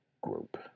group